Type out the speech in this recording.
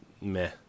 meh